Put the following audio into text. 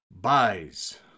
Buys